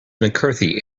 mccarthy